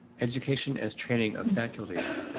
education as training of faculties.